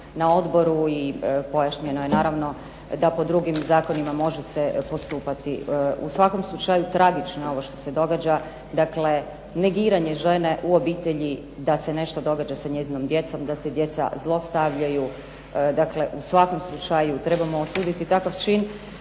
na odboru i pojašnjeno je naravno da po drugim zakonima može se postupati. U svakom slučaju tragično je ovo što se događa, dakle negiranje žene u obitelji da se nešto događa sa njezinom djecom, da se djeca zlostavljaju. Dakle, u svakom slučaju trebamo osuditi taj čin.